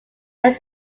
led